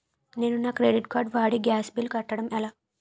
నేను నా credit card వాడి గ్యాస్ బిల్లు కట్టడం ఎలా?